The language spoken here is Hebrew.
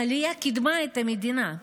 העלייה קידמה את המדינה.